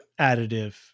Additive